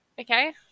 okay